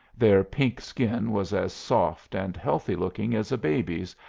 their pink skin was as soft and healthy-looking as a baby's,